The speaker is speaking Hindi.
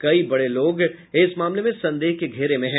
कई बड़े लोग इस मामले में संदेह के घेरे में हैं